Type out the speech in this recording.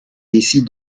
décident